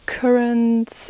currents